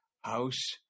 house